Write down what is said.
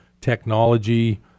technology